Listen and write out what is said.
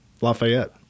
Lafayette